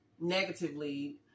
negatively